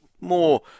more